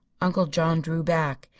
uncle john drew back.